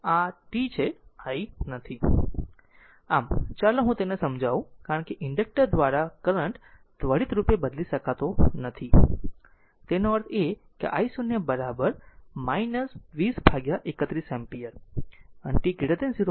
આમ ચાલો હું તેને સમજાવું કારણ કે ઇન્ડક્ટર દ્વારા કરંટ ત્વરિત રૂપે બદલી શકતું નથી તેનો અર્થ I0 I0 2031 એમ્પીયર